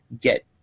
get